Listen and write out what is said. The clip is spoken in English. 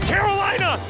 Carolina